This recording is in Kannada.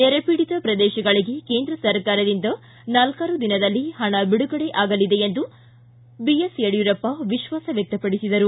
ನೆರೆಪೀಡಿತ ಪ್ರದೇಶಗಳಿಗೆ ಕೇಂದ್ರ ಸರ್ಕಾರದಿಂದ ನಾಲ್ಕಾರು ದಿನದಲ್ಲಿ ಹಣ ಬಿಡುಗಡೆ ಆಗಲಿದೆ ಎಂದು ವಿಶ್ವಾಸ ವ್ಯಕ್ತಪಡಿಸಿದರು